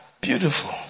beautiful